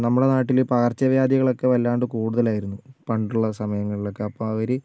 നമ്മുടെ നാട്ടിൽ പകർച്ച വ്യാധികളൊക്കെ വല്ലാണ്ട് കൂടുതലായിരുന്നു പണ്ടുള്ള സമയങ്ങളിൽ ഒക്കെ അപ്പോൾ അവർ